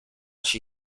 she